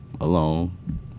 Alone